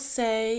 say